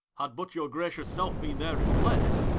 had but your gracious self been there in place.